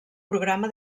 programa